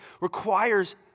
requires